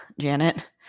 Janet